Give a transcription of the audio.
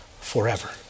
forever